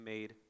made